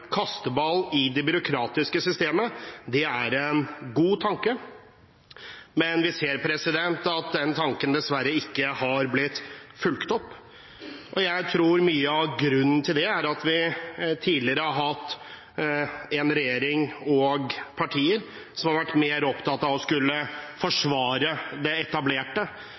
den tanken dessverre ikke har blitt fulgt opp. Jeg tror mye av grunnen til det er at vi tidligere har hatt en regjering og partier som har vært mer opptatt av å skulle forsvare det etablerte,